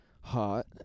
hot